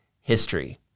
history